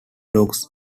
dogs